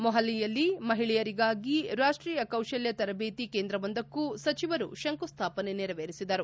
ಮೊಪಾಲಿಯಲ್ಲಿ ಮಹಿಳೆಯರಿಗಾಗಿ ರಾಷ್ಟೀಯ ಕೌಶಲ ತರಬೇತಿ ಕೇಂದ್ರವೊಂದಕ್ಕೂ ಸಚಿವರು ಶಂಕುಸ್ಥಾಪನೆ ನೆರವೇರಿಸಿದರು